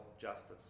justice